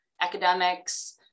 academics